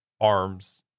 arms